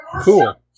Cool